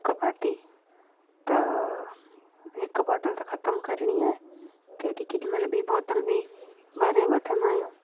ॾुक पाती त हिक बॉटल त खतमु करिणी आहे केॾी केॾी महिल ॿी बॉटल बि भरे वठंदा आहियूं